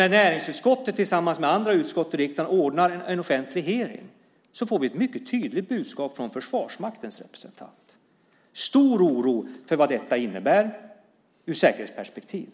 När näringsutskottet tillsammans med andra utskott i riksdagen ordnar en offentlig hearing får vi ett mycket tydligt budskap från Försvarsmaktens representant: stor oro för vad detta innebär ur säkerhetsperspektiv.